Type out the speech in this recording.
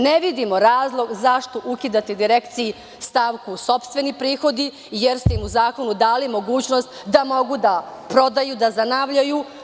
Ne vidimo razlog zašto ukidate direkciji stavku - sopstveni prihodi, jer ste im u zakonu dali mogućnost da mogu da prodaju da zanavljaju.